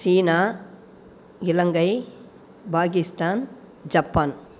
China Ilangai Pakistan Japan